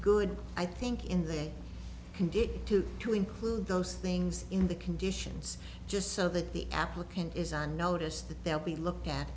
good i think in their condition too to include those things in the conditions just so that the applicant is on notice that they'll be looked at